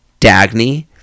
dagny